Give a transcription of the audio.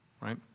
right